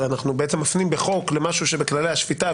הרי אנחנו מפנים בחוק למשהו שבכללי השפיטה,